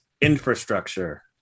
infrastructure